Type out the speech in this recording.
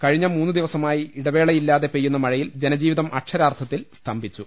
കഴിഞ്ഞ മൂന്നുദിവസമായി ഇടവേളയില്ലാതെ പെയ്യുന്ന മഴയിൽ ജനജീവിതം അക്ഷരാർഥത്തിൻ സ് തംഭിച്ചു